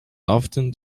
often